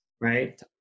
right